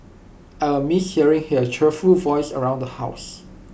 I will miss hearing her cheerful voice around the house